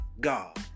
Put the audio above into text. God